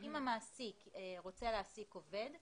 אם המעסיק רוצה להעסיק עובד,